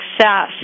success